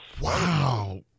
Wow